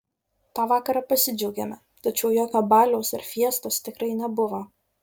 tą vakarą pasidžiaugėme tačiau jokio baliaus ar fiestos tikrai nebuvo